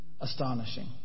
astonishing